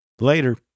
Later